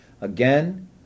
Again